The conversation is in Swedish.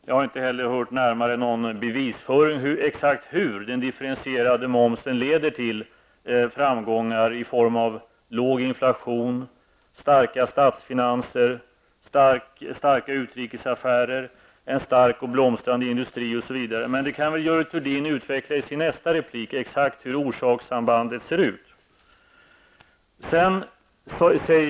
Jag har inte heller hört exakt hur den differentierade momsen leder till framgångar i form av låg inflation, starka statsfinanser, starka utrikesaffärer, en stark och blomstrande industri, osv. Men exakt hur orsakssambanden ser ut kan väl Görel Thurdin utveckla i sin nästa replik.